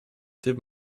typ